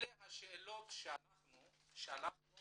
אלה השאלות שאנחנו שלחנו